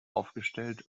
aufgestellt